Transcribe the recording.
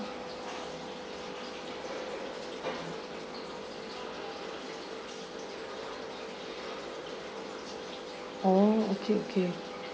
oh okay okay